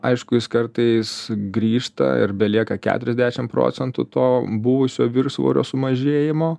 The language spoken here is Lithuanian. aišku jis kartais grįžta ir belieka keturiasdešim procentų to buvusio viršsvorio sumažėjimo